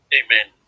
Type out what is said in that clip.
amen